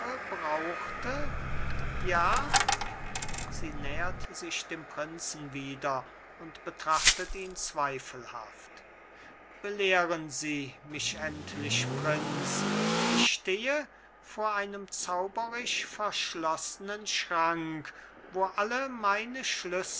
brauchte ja sie nähert sich dem prinzen wieder und betrachtet ihn zweifelhaft belehren sie mich endlich prinz ich stehe vor einem zauberisch verschloßnen schrank wo alle meine schlüssel